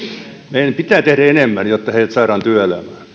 meidän pitää tehdä enemmän jotta heidät saadaan työelämään